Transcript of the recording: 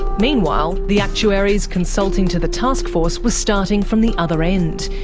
meanwhile the actuaries consulting to the taskforce were starting from the other end,